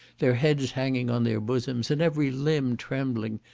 their heads hanging on their bosoms, and every limb trembling,